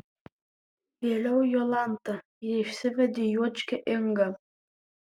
vėliau jolanta ji išsivedė juočkę ingą